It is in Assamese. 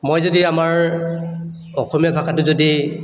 মই যদি আমাৰ অসমীয়া ভাষাটো যদি